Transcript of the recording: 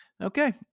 Okay